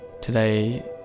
Today